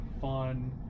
fun